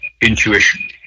intuition